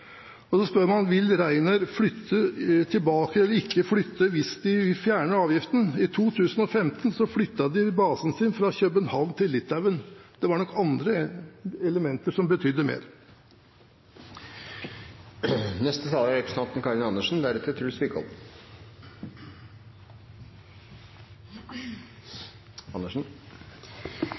Og så spør man: Vil Ryanair flytte tilbake eller ikke flytte hvis man fjerner avgiften? I 2015 flyttet de basen sin fra København til Litauen. Det var nok andre elementer som betydde mer.